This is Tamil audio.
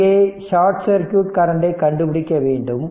இங்கே ஷார்ட் சர்க்யூட் கரண்டை கண்டுபிடிக்க வேண்டும்